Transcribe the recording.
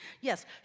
Yes